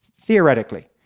theoretically